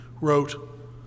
wrote